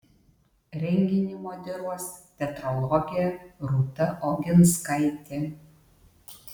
renginį moderuos teatrologė rūta oginskaitė